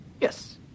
Yes